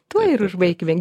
tuo ir užbaikime